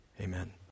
Amen